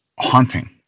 haunting